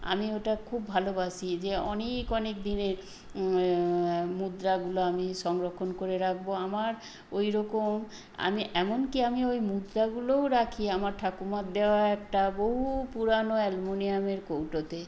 আমি ওটা খুব ভালোবাসি যে অনেক অনেক দিনের মুদ্রাগুলো আমি সংরক্ষণ করে রাখবো আমার ওই রকম আমি এমন কি আমি ওই মুদ্রাগুলোও রাখি আমার ঠাকুমার দেওয়া একটা বহু পুরানো অ্যালমুনিয়ামের কৌটোতে